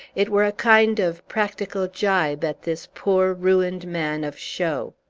it were a kind of practical gibe at this poor, ruined man of show.